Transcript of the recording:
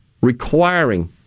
requiring